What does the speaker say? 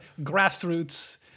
grassroots